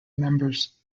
members